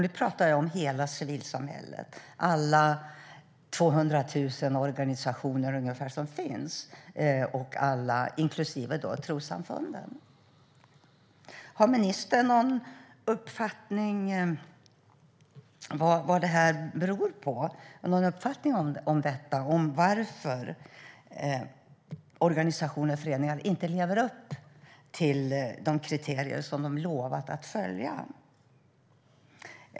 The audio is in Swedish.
Nu pratar jag om hela civilsamhället, de ungefär 200 000 organisationer som finns, inklusive trossamfunden. Har ministern någon uppfattning om varför organisationer och föreningar inte lever upp till de kriterier som de har lovat att följa?